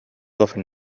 often